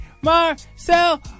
Marcel